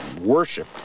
Worship